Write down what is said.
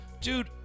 dude